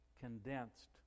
condensed